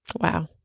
Wow